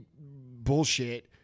bullshit